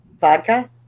vodka